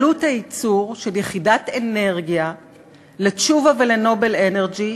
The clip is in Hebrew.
עלות הייצור של יחידת אנרגיה לתשובה ול"נובל אנרג'י"